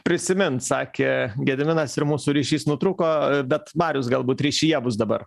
prisimint sakė gediminas ir mūsų ryšys nutrūko bet marius galbūt ryšyje bus dabar